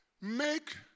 make